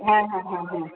হ্যাঁ হ্যাঁ হ্যাঁ হ্যাঁ